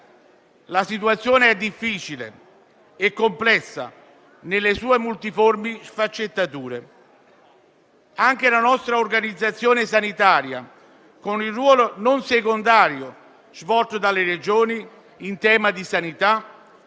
La situazione è difficile e complessa nelle sue multiformi sfaccettature. Anche la nostra organizzazione sanitaria, con il ruolo non secondario svolto dalle Regioni in tema di sanità,